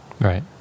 Right